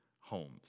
homes